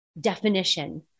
definition